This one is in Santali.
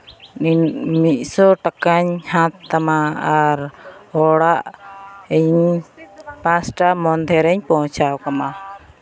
ᱢᱤᱫ ᱥᱚ ᱴᱟᱠᱟᱧ ᱦᱟᱛ ᱛᱟᱢᱟ ᱟᱨ ᱦᱚᱲᱟᱜ ᱤᱧ ᱯᱟᱸᱪᱴᱟ ᱢᱚᱫᱽᱫᱷᱮ ᱨᱤᱧ ᱯᱳᱸᱣᱪᱷᱟᱣ ᱠᱟᱢᱟ